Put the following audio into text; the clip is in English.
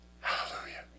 Hallelujah